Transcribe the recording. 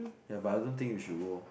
ya but I don't think you should go